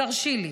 אז תרשי לי,